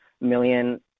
million